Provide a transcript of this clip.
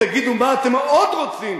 תגידו מה אתם עוד רוצים?